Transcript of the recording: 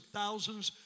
thousands